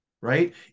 right